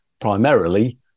primarily